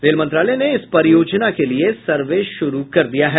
rail मंत्रालय ने इस परियोजना के लिये सर्वे शुरू कर दिया है